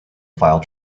file